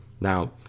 now